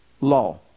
law